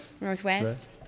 Northwest